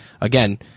again